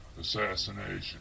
assassination